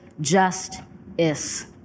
just-is